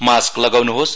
mask लगाउन्होस्